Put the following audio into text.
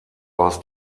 aus